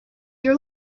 your